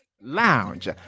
Lounge